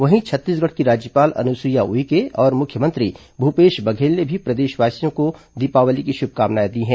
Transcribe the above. वहीं छत्तीसगढ़ की राज्यपाल अनुसुईया उइके और मुख्यमंत्री भूपेश बघेल ने भी प्रदेशवासियों को दीपावली की शुभकामनाएं दी हैं